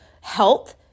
health